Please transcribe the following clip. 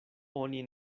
oni